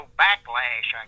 backlash